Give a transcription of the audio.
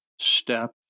step